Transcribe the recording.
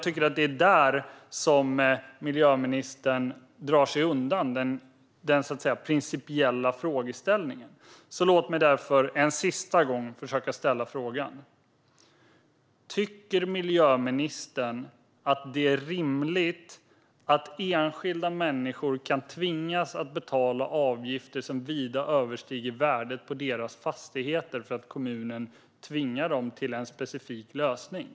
Det är där miljöministern drar sig undan den principiella frågeställningen. Låt mig därför en sista gång försöka ställa frågan: Tycker miljöministern att det är rimligt att enskilda människor kan tvingas att betala avgifter som vida överstiger värdet på deras fastigheter för att kommunen tvingar dem till en specifik lösning?